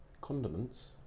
Condiments